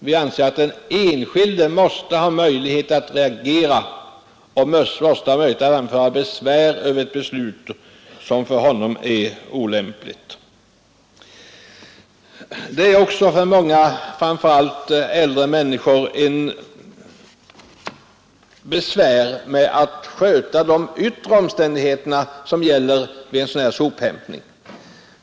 Vi anser att den enskilde måste ha möjlighet att reagera och anföra besvär över ett beslut som för honom är olämpligt. För många människor, framför allt de äldre, är det också förenat med svårigheter att klara de yttre villkor som gäller vid en sådan här sophämtning.